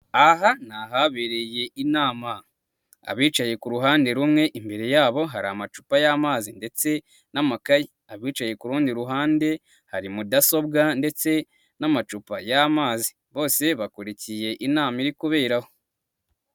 Aha ni ahabereye inama. Abicaye ku ruhande rumwe imbere yabo hari amacupa y'amazi ndetse n'ammakayi, abicaye ku rundi ruhande, hari mudasobwa ndetse n'amacupa y'amazi, bose bakurikiye inama iri kubera aho.